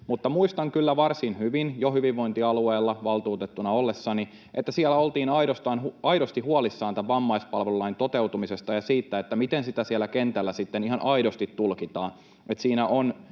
Muistan kyllä varsin hyvin, että jo hyvinvointialueella valtuutettuna ollessani siellä oltiin aidosti huolissaan tämän vammaispalvelulain toteutumisesta ja siitä, miten sitä siellä kentällä sitten ihan aidosti tulkitaan.